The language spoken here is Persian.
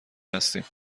هستیم